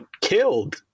killed